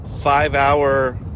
five-hour